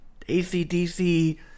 ACDC